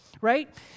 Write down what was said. right